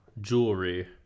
Jewelry